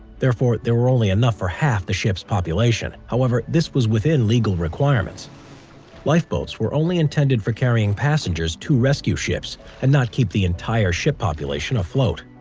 therefore, there were only enough for half the ship's population. however, this was within legal requirements lifeboats were only intended for carrying passengers to rescue ships and not keep the entire ship population afloat.